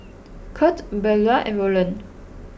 Kurt Beula and Roland